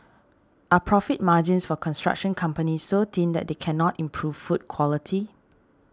are profit margins for construction companies so thin that they cannot improve food quality